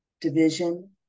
division